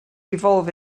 evolve